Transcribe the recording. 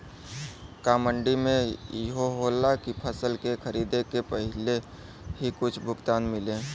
का मंडी में इहो होला की फसल के खरीदे के पहिले ही कुछ भुगतान मिले?